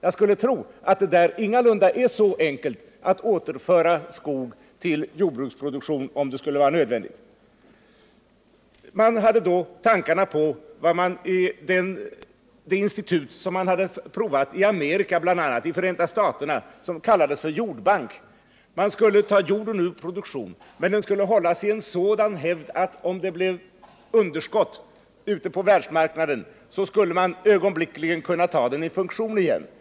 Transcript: Jag tror dock att det där ingalunda är enkelt att, om det skulle vara nödvändigt, återföra skog till jordbruksproduktion. I bl.a. Förenta staterna har det provats ett institut som kallas jordbank. Jordägarna tar jorden ur produktionen men håller den i en sådan hävd att man ögonblickligen kan ta den i funktion igen, om det blir underskott ute på världsmarknaden.